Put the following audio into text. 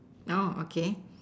now okay